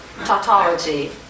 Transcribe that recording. Tautology